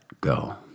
go